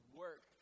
work